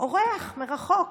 אורח מרחוק,